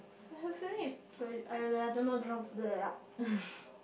but hopefully is sorry I I don't I don't know